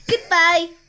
Goodbye